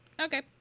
Okay